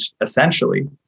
essentially